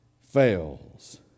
fails